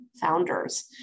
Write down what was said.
founders